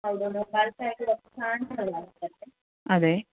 അതെ